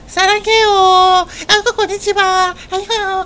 saranghaeyo also konichiwa